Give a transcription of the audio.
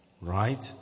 right